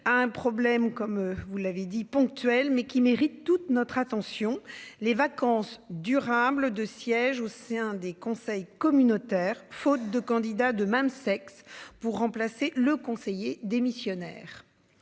à un problème comme vous l'avez dit ponctuel mais qui mérite toute notre attention. Les vacances durables de sièges au sein des conseils communautaires faute de candidats de même sexe pour remplacer le conseiller démissionnaire.